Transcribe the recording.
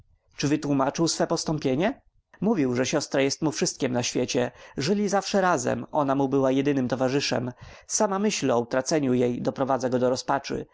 czy wytłómaczył swe postąpienie mówił że siostra jest mu wszystkiem na świecie żyli zawsze razem ona mu była jedynym towarzyszem sama myśl o utraceniu jej doprowadza go do rozpaczy